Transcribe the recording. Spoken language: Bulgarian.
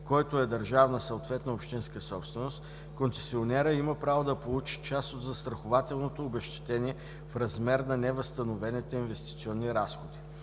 който е държавна, съответно общинска собственост, концесионерът има право да получи част от застрахователното обезщетение в размер на невъзстановените инвестиционни разходи.“